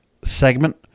segment